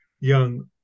young